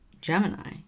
Gemini